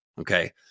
Okay